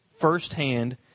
firsthand